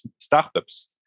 startups